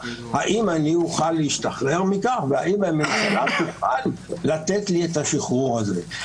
האם אני אוכל להשתחרר מכך והאם הממשלה תוכל לתת לי את השחרור הזה.